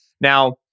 Now